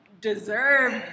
deserve